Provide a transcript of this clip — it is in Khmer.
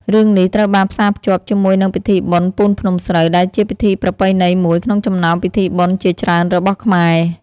រឿងនេះត្រូវបានផ្សារភ្ជាប់ជាមួយនឹងពិធីបុណ្យពូនភ្នំស្រូវ ដែលជាពិធីប្រពៃណីមួយក្នុងចំណោមពិធីបុណ្យជាច្រើនរបស់ខ្មែរ។